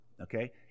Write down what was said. okay